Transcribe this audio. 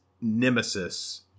nemesis